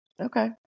Okay